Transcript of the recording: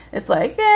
it's like, yeah